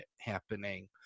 happening